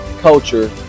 culture